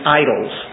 idols